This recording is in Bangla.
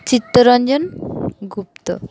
চিত্তরঞ্জন গুপ্ত